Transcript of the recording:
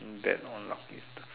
bet on lucky star